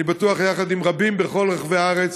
ואני בטוח שיחד עם רבים בכל רחבי הארץ,